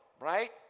right